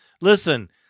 listen